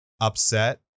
upset